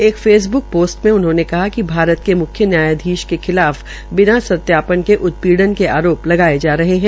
एक Facebook post में उन्होंने कहा कि भारत के मुख्य न्यायधीश के खिलाफ बिना सत्यापन के उत्पीड़न के आरोप लगाये जा रहे है